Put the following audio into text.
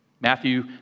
Matthew